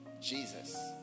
Jesus